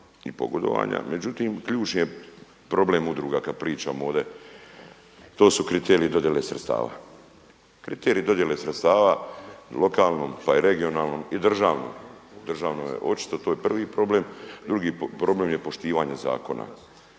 i pogodovanja. Međutim, ključni je problem udruga kad pričam ovdje to su kriteriji dodjele sredstava. Kriteriji dodjele sredstava lokalnom, pa i regionalnom i državnom, državnoj to je prvi problem. Drugi problem je poštivanje zakona.